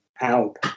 out